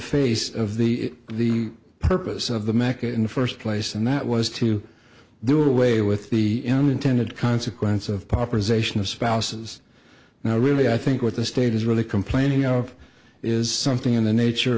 face of the the purpose of the makah in the first place and that was to do away with the unintended consequence of proper zation of spouses and i really i think what the state is really complaining of is something in the nature